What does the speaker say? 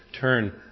turn